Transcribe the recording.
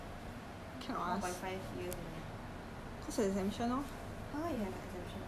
oh by the way can I ask how come your uni one point five years only uh